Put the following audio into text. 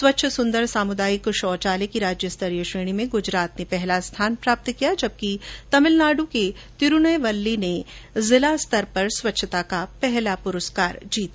स्वच्छ सुंदर सामुदायिक शौचालय की राज्यस्तरीय श्रेणी में गुजरात ने पहला स्थान प्राप्त किया जबकि तमिलनाडु में तिरुनेलवेल्ली ने जिला स्तर पर स्वच्छता का पहला पुरस्कार जीता